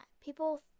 People